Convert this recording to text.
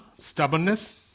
stubbornness